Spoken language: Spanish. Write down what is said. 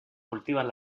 cultivan